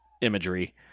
imagery